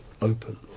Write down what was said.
open